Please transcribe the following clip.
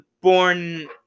born